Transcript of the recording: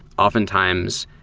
oftentimes,